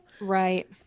Right